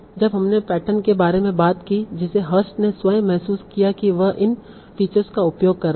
जब हमने पैटर्न के बारे में बात की जिसे हर्स्ट ने स्वयं महसूस किया कि वह इन फीचर का उपयोग कर रहा है